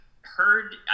heard